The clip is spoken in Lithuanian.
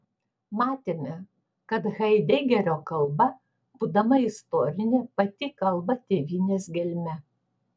matėme kad haidegerio kalba būdama istorinė pati kalba tėvynės gelme